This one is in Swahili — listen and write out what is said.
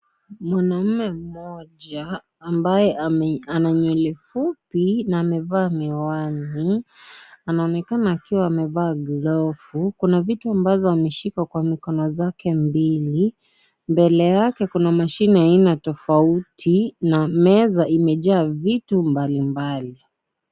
Mwanaume mmoja, ambaye ana nywele fupi na amevaa miwani, anaonekana akiwa amevaa glovu. Kuna vitu ambazo ameshika kwa mikono zake mbili. Mbele yake, kuna mashine ya aina tofauti na meza imejaa vitu mbalimbali.